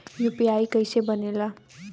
UPI कईसे बनेला?